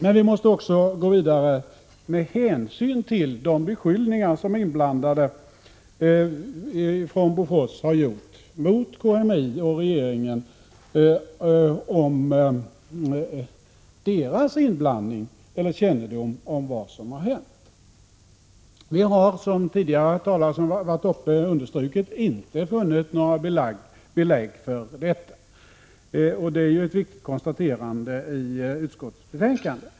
Men vi måste också gå vidare med hänsyn till de beskyllningar som inblandade ifrån Bofors har riktat mot KMI och regeringen om inblandning i eller kännedom om vad som har hänt. Som tidigare talare har understrukit har vi inte funnit några belägg för detta, och det är ju ett viktigt konstaterande i utskottsbetänkandet.